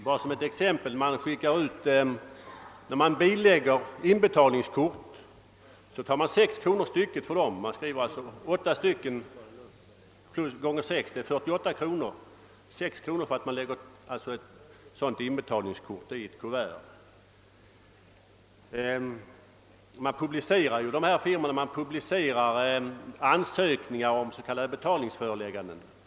När man t.ex. bilägger inbetalningskort tar man 6 kronor stycket för att man lägger det i ett kuvert. För åtta kort blir det alltså 48 kronor; jag har ett exempel härpå. Dessa firmor publicerar också ansökningar om s.k. betalningsförelägganden.